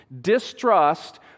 Distrust